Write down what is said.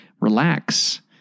Relax